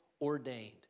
ordained